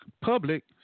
public